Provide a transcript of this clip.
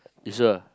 you sure